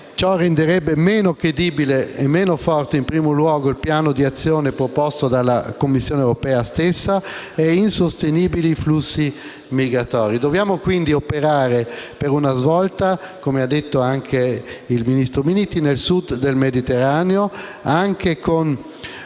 Ciò renderebbe meno credibile e meno forte in primo luogo il piano di azione proposto dalla Commissione europea stessa e insostenibili i flussi migratori. Dobbiamo quindi operare per una svolta, come ha detto anche il ministro Minniti, nel sud del Mediterraneo, anche con